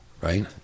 Right